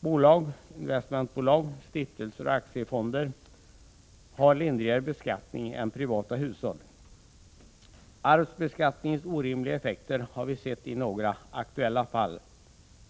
Bolag, investmentbolag, stiftelser och aktiefonder har en lindrigare beskattning än privata hushåll. Arvsbeskattningens orimliga effekter har vi sett i några aktuella fall.